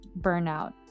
burnout